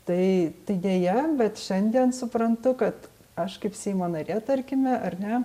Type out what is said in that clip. tai deja bet šiandien suprantu kad aš kaip seimo narė tarkime ar ne